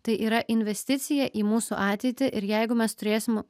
tai yra investicija į mūsų ateitį ir jeigu mes turėsim